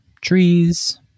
trees